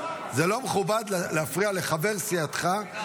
זה לא מכובד להפריע לחבר סיעתך,